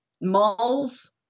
malls